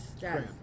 Yes